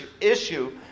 issue